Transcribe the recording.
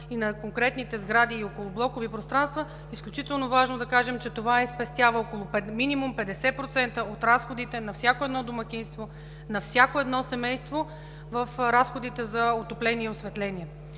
и на конкретните сгради и околоблокови пространства, изключително важно е да кажем, че това спестява около минимум 50% от разходите на всяко едно домакинство, на всяко едно семейство в разходите за отопление и осветление.